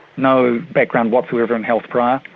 no background whatsoever in health prior,